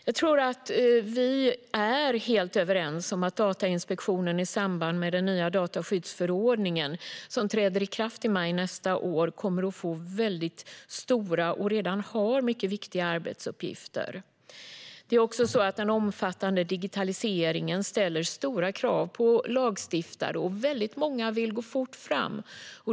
Jag tror att vi är helt överens om att Datainspektionen i samband med den nya dataskyddsförordningen, som träder i kraft i maj nästa år, kommer att få väldigt stora viktiga arbetsuppgifter - vilket den också redan har. Det är även så att den omfattande digitaliseringen ställer stora krav på lagstiftare, och väldigt många vill gå fort fram.